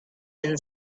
been